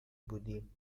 بودیم